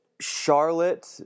charlotte